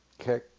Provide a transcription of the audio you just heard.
Okay